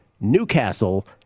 Newcastle